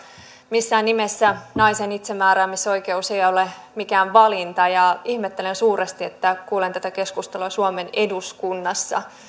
missään nimessä naisen itsemääräämisoikeus ei ei ole mikään valinta ja ihmettelen suuresti että kuulen tätä keskustelua suomen eduskunnassa